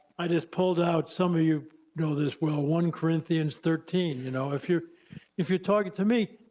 i just pulled out, some of you know this well, one corinthians thirteen, you know if you're if you're talking to me,